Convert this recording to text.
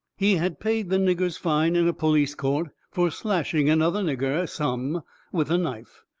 he had paid the nigger's fine in a police court fur slashing another nigger some with a knife,